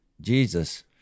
Jesus